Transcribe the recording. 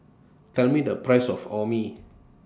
Tell Me The Price of Orh Nee